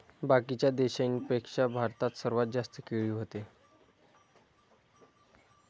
बाकीच्या देशाइंपेक्षा भारतात सर्वात जास्त केळी व्हते